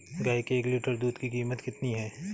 गाय के एक लीटर दूध की कीमत कितनी है?